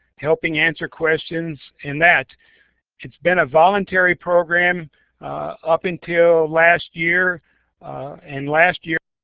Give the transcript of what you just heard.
helping answer questions and that it's been a voluntary program up until last year and last year